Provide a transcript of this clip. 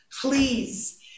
Please